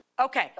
Okay